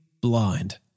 blind